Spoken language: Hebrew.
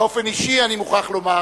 באופן אישי אני מוכרח לומר